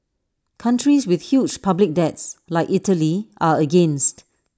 countries with huge public debts like Italy are against